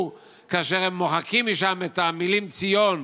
כאשר הם מוחקים משם את המילים ציון.